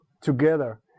together